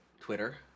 Twitter